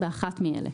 מאלה: